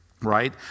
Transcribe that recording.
Right